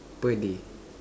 per day